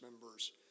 members